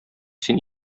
син